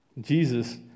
Jesus